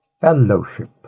fellowship